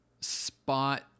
spot